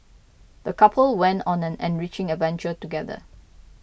the couple went on an enriching adventure together